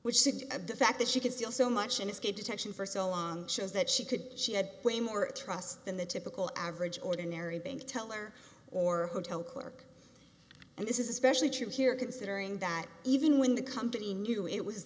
which should have the fact that she could feel so much an escape detection for so long shows that she could she had way more trust than the typical average ordinary bank teller or hotel clerk and this is especially true here considering that even when the company knew it was